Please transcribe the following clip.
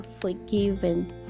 forgiven